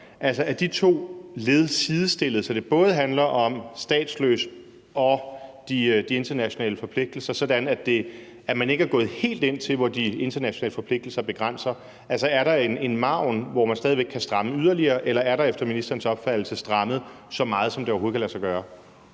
er de to led sidestillede, så det både handler om blive statsløs og de internationale forpligtelser, sådan at man ikke er gået helt dertil, hvor de internationale forpligtelser begrænser det? Er der en margen, hvor man kan stramme yderligere, eller er der efter ministerens opfattelse strammet så meget, som det overhovedet kan lade sig gøre?